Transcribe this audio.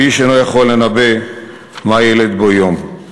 שאיש אינו יכול לנבא מה ילד בו יום.